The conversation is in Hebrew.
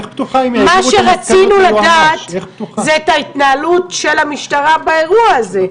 מה שרצינו לדעת זה את ההתנהלות של המשטרה באירוע הזה.